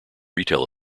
retail